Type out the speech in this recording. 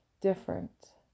different